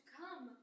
come